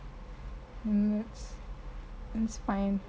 that's it's fine